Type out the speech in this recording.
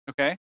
okay